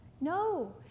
No